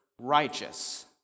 righteous